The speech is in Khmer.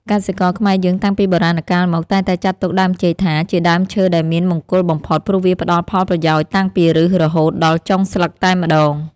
កសិករខ្មែរយើងតាំងពីបុរាណកាលមកតែងតែចាត់ទុកដើមចេកថា ជាដើមឈើដែលមានមង្គលបំផុត ព្រោះវាផ្តល់ផលប្រយោជន៍តាំងពីឫសរហូតដល់ចុងស្លឹកតែម្តង។